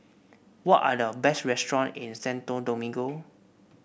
what are the best restaurants in Santo Domingo